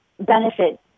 benefit